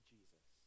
Jesus